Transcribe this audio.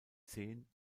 zehn